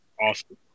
Awesome